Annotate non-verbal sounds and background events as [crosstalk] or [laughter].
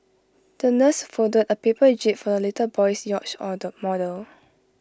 the nurse folded A paper jib for the little boy's yacht [unintelligible] model